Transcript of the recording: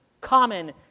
common